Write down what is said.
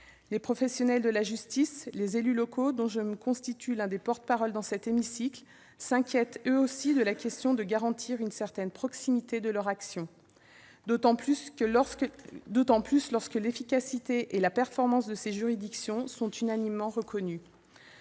Les professionnels de la justice, les élus locaux, dont je suis l'un des porte-parole dans cet hémicycle, s'inquiètent, eux aussi, de pouvoir garantir une certaine proximité de leurs actions, d'autant que l'efficacité et la performance de ces juridictions sont unanimement reconnues.